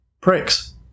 pricks